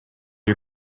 you